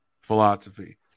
philosophy